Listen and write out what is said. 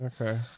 okay